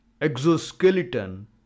exoskeleton